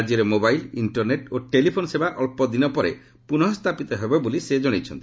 ରାଜ୍ୟରେ mobile internet ଓ telephone ସେବା ଅଳ୍ପଦିନ ପରେ ପୁନଃ ସ୍ଥାପିତ ହେବ ବୋଲି ସେ ଜଣାଇଛନ୍ତି